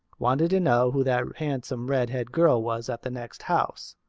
wanted to know who that handsome redhaired girl was at the next house.